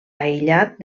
aïllat